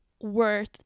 worth